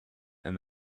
and